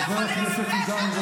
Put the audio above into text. אדוני, אדוני, תוריד אותו מהבמה.